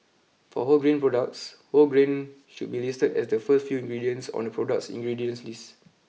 for wholegrain products whole grain should be listed as the first few ingredients on the product 's ingredients list